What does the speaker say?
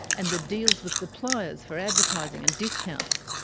and the deals with suppliers for advertising and discounts,